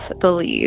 believe